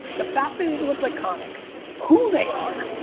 the fact that they look like comics, who they are,